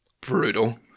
brutal